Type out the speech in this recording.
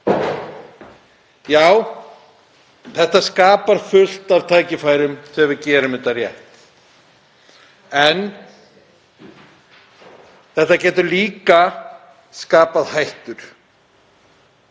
Já, þetta skapar fullt af tækifærum þegar við gerum þetta rétt. En þetta getur líka skapað hættu.